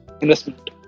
investment